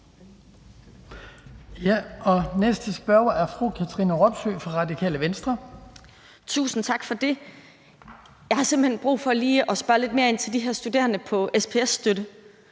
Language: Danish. Næste spørger er fru Katrine Robsøe fra Radikale Venstre. Kl. 16:22 Katrine Robsøe (RV): Tusind tak for det. Jeg har simpelt hen brug for lige at spørge lidt mere ind til de her studerende på SPS-støtte.